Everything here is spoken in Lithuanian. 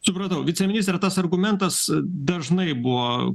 supratau viceministre tas argumentas dažnai buvo